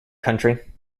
country